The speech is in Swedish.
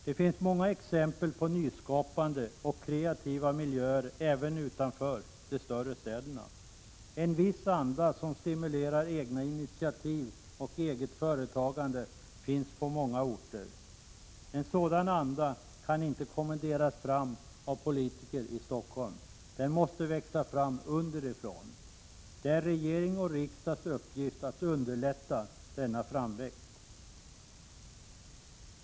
Det finns många exempel på nyskapande och kreativa miljöer även utanför de större städerna. En viss anda som stimulerar egna initiativ och eget företagande finns på många orter. En sådan anda kan inte kommenderas fram av politiker i Stockholm. Den måste växa fram underifrån. Det är regering och riksdag som har till uppgift att underlätta denna framväxt.